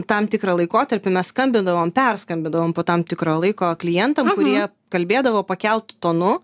tam tikrą laikotarpį mes skambindavom perskambindavom po tam tikro laiko klientam kurie kalbėdavo pakeltu tonu